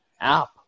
app